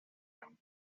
him